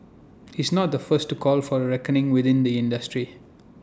he's not the first to call for A reckoning within the industry